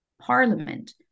Parliament